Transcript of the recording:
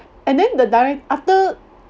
and then the direct~ after